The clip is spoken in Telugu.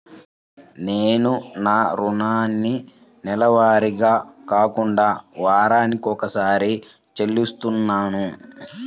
నేను నా రుణాన్ని నెలవారీగా కాకుండా వారానికోసారి చెల్లిస్తున్నాను